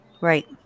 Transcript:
right